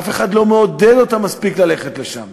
אף אחד לא מעודד אותם מספיק ללכת לשם.